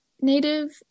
native